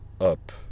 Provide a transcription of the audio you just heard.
up